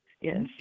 Yes